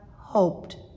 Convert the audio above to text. hoped